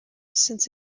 since